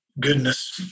goodness